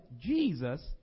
Jesus